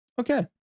Okay